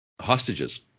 hostages